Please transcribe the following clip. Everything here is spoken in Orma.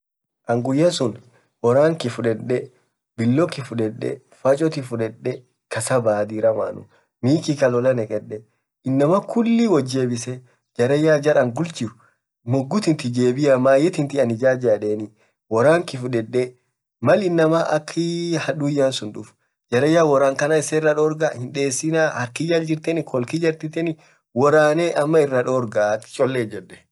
ann guyaa sun woraan kiyy fudede biloo kiyy fudede, fachoo tiyy fudede kasaa baa diramanuu mii kiyy kalolaa nekedee, innama kulii woat jebisee, jarayaa nam angul jir moguu tiyy jebiaa mayee tiyy ann ijaja edenii.woraan kiyy fudedee maal innama akk haduia duuf jarayaa woraan kanan iseraa dorgaa hindesinaa hark kiy jall jirtenii kol kiyy jaljirtenii woranee iseraa dorgaa akk cholle ijjedee.